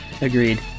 Agreed